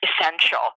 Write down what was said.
essential